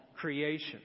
creation